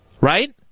Right